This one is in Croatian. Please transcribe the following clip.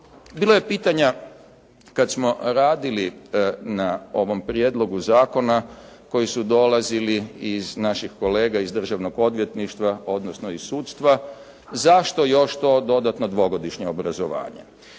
Bilo je pitanja kad smo radili na ovom prijedlogu zakona koji su dolazili iz naših kolega iz Državnog odvjetništva, odnosno iz sudstva, zašto još to dodatno 2-godišnje obrazovanje?